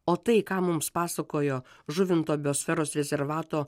o tai ką mums pasakojo žuvinto biosferos rezervato